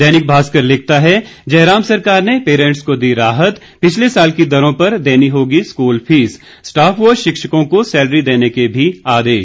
दैनिक भास्कर लिखता है जयराम सरकार ने पेरेंटस की दी राहत पिछले साल की दरों पर देनी होगी स्कूल फीस स्टॉफ व शिक्षकों को सेलरी देने के भी आदेश